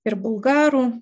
ir bulgarų